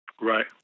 Right